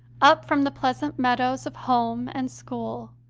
up from the pleasant meadows of home and school,